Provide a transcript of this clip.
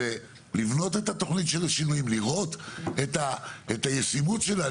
צריך לבנות תוכנית עם השינוי ולראות את הישימות שלה,